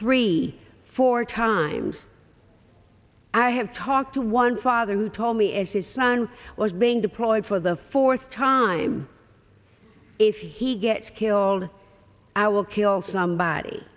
three four times i have talked to one father who told me as his son was being deployed for the fourth time if he gets killed i will kill somebody